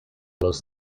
los